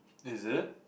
is it